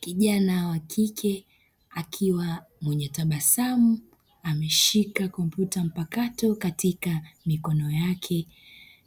Kijana wakike akiwa mwenye tabasamu ameshika kompyuta mpakato katika mikono yake,